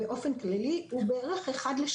באופן כללי,